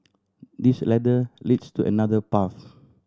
this ladder leads to another path